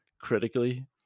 critically